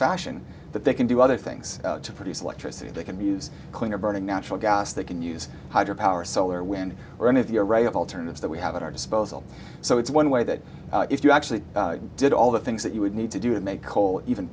fashion that they can do other things to produce electricity they can use cleaner burning natural gas they can use hydro power solar wind or any of your right alternatives that we have at our disposal so it's one way that if you actually did all the things that you would need to do to make coal even